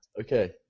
Okay